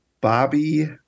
Bobby